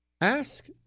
Ask